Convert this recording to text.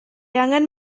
angen